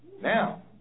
Now